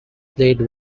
played